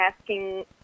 asking